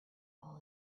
all